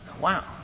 Wow